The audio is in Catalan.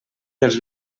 dels